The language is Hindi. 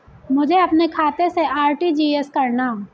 मुझे अपने खाते से आर.टी.जी.एस करना?